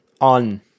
on